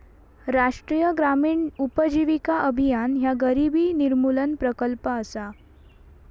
राष्ट्रीय ग्रामीण उपजीविका अभियान ह्या गरिबी निर्मूलन प्रकल्प असा